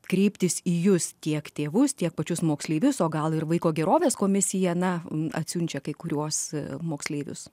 kreiptis į jus tiek tėvus tiek pačius moksleivius o gal ir vaiko gerovės komisija na atsiunčia kai kuriuos moksleivius